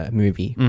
movie